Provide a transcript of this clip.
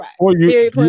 right